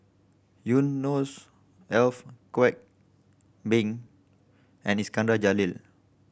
Ef Kwek Beng and Iskandar Jalil